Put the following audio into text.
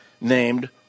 named